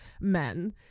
men